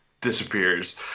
disappears